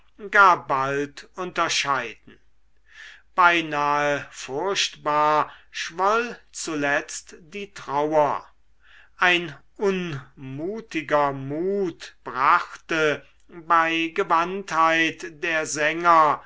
gar bald unterscheiden beinahe furchtbar schwoll zuletzt die trauer ein unmutiger mut brachte bei gewandtheit der sänger